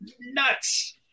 nuts